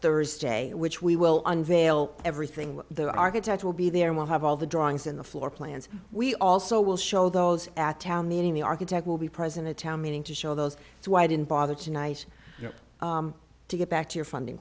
thursday which we will unveil everything the architect will be there will have all the drawings in the floor plans we also will show those at town meeting the architect will be present a town meeting to show those two i didn't bother to nice to get back to your funding